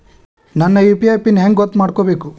ನನ್ನ UPI PIN ಹೆಂಗ್ ಗೊತ್ತ ಮಾಡ್ಕೋಬೇಕು?